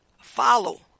follow